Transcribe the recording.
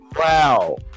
wow